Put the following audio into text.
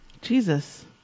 Jesus